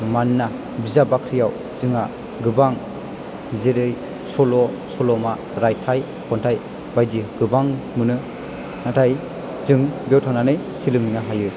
मानोना बिजाब बाख्रियाव जोंहा गोबां जेरै सल' सल'मा रायथाइ खन्थाइ बायदि गोबां मोनो नाथाय जों बेयाव थांनानै सोलोंहैनो हायो